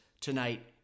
tonight